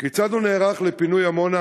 כיצד הוא נערך לפינוי עמונה?